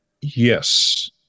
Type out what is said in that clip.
yes